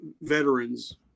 veterans